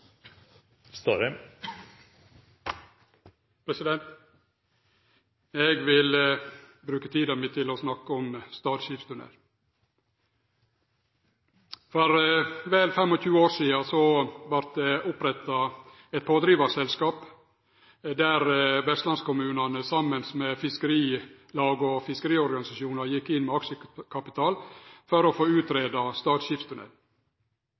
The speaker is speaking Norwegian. Eg vil bruke tida mi til å snakke om Stad skipstunnel. For vel 25 år sidan vart det oppretta eit pådrivarselskap der vestlandskommunane saman med fiskerilag og fiskeriorganisasjonar gjekk inn med aksjekapital for å få